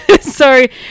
Sorry